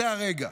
זה הרגע.